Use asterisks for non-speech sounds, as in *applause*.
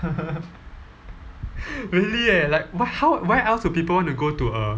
*laughs* really eh like how why else would people want to go to a